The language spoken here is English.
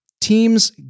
teams